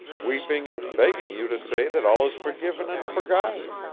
weeping and begging you to say that all is forgiven and forgotten?